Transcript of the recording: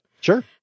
Sure